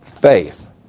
Faith